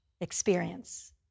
experience